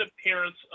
appearance